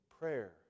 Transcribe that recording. prayer